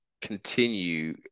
continue